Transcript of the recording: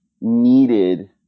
needed